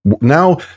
Now